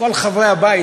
כל חברי הבית,